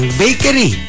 bakery